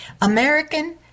American